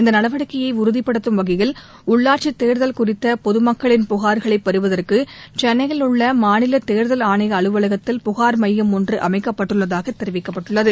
இந்த நடவடிக்கையை உறுதிப்படுத்தும் வகையில் உள்ளாட்சித் தேர்தல் குறித்த பொது மக்களின் புகார்களைப் பெறுவதற்கு சென்னையில் உள்ள மாநிலத் தேர்தல் ஆணைய அலுவலகத்தில் புகார் மையம் ஒன்று அமைக்கப்பட்டுள்ளதாகத் தெரிவிக்கப்பட்டுள்ளது